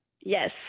Yes